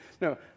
no